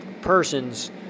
person's